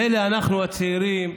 מילא אנחנו, הצעירים,